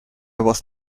was